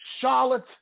Charlotte